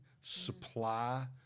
supply